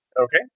Okay